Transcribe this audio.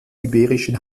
iberischen